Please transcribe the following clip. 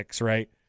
right